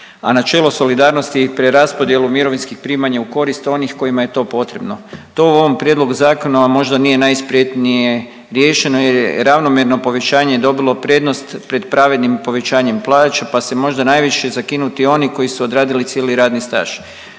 a načelo solidarnosti i preraspodjelu mirovinskih primanja u korist onih kojima je to potrebno. To u ovom prijedlogu zakona vam možda nije najspretnije riješeno, jer je ravnomjerno povećanje dobilo prednost pred pravednim povećanjem plaća, pa su možda najviše zakinuti oni koji su odradili cijeli radni staž.